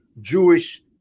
Jewish